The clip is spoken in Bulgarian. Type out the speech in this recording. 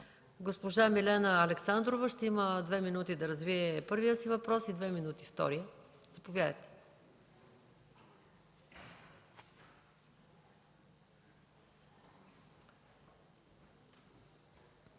госпожа Миглена Александрова ще има две минути да развие първия си въпрос и две минути – втория. Заповядайте.